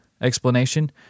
explanation